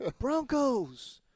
Broncos